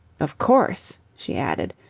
of course, she added,